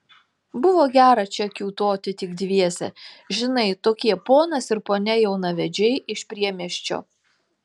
buvo gera čia kiūtoti tik dviese žinai tokie ponas ir ponia jaunavedžiai iš priemiesčio